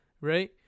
right